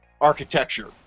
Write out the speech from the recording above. architecture